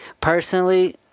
personally